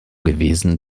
gewesen